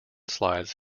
slides